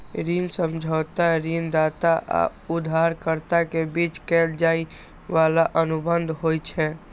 ऋण समझौता ऋणदाता आ उधारकर्ता के बीच कैल जाइ बला अनुबंध होइ छै